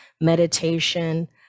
meditation